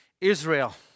Israel